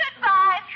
goodbye